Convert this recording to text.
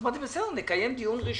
אמרתי: נקיים דיון ראשוני.